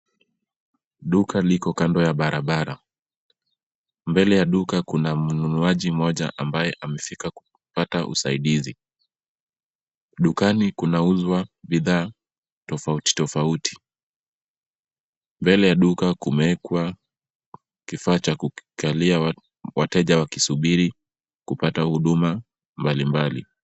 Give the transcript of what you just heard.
Duka liko kando ya barabara. Mbele ya duka kuna mnunuaji moja ambaye amefika kupata usaidizi. Dukani kunauzwa bidhaa tofauti tofauti. Mbele ya duka kumewekwa kifaa cha kukalia wateja wakisubiri kupata huduma mbalimbali.